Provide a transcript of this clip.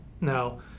now